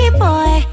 boy